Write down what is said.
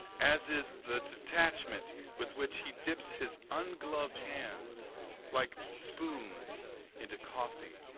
as is the detachment with which he dips his ungloved hands like spoons into coffee.